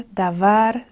davar